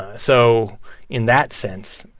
so in that sense,